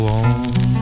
on